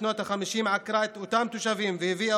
שבשנות החמישים עקרה את אותם תושבים והביאה